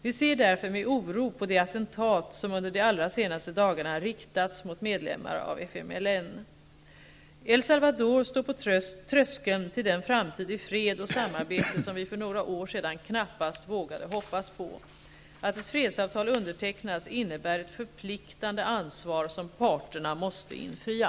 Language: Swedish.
Vi ser därför med oro på de attentat som under de allra senaste dagarna riktats mot medlemmar av El Salvador står på tröskeln till den framtid i fred och samarbete som vi för några år sedan knappast vågade hoppas på. Att ett fredsavtal undertecknats innebär ett förpliktande ansvar, som parterna måste infria.